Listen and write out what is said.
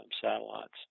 satellites